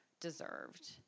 deserved